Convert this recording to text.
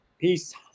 peace